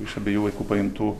iš abiejų vaikų paimtų